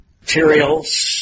Materials